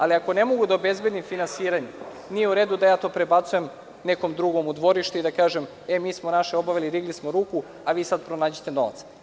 Ali, ako ne mogu da obezbedim finansiranje nije u redu da ja to prebacujem nekom drugom u dvorište i da kažem – e, mi smo naše obavili, digli smo ruku, a vi sad pronađite novac.